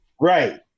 Right